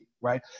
right